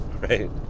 right